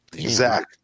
Zach